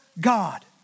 God